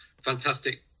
fantastic